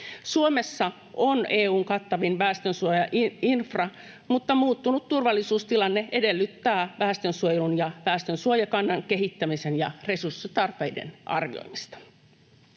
Suomessa on EU:n kattavin väestönsuojainfra, mutta muuttunut turvallisuustilanne edellyttää väestönsuojelun ja väestönsuojakannan kehittämisen ja resurssitarpeiden arvioimista.